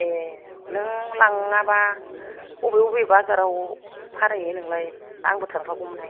ए नों लाङाबा अबे अबे बाजाराव फानहैयो नोंलाय आंबो थांफागौमोनहाय